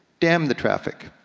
damn the traffic,